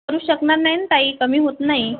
करू शकणार नाही न ताई कमी होत नाही